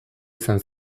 izan